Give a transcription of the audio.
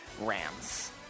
Rams